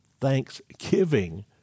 thanksgiving